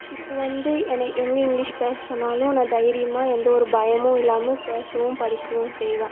இப்போ வந்து என்னை எங்கே இங்க்லீஷ் பேச சொன்னாலும் நான் தைரியமாக எந்த ஒரு பயமும் இல்லாமல் பேசவும் படிக்கவும் செய்வேன்